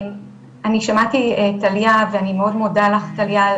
אני שמעתי את טליה ואני מאוד מודה לך טליה,